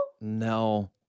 no